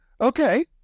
Okay